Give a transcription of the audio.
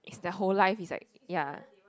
is their whole life is like ya